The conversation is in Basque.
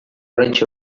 oraintxe